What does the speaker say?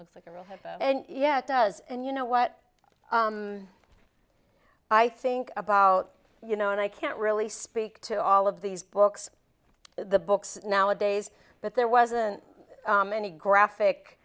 looks like a real head and yeah it does and you know what i think about you know and i can't really speak to all of these books the books nowadays but there wasn't any graphic